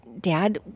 dad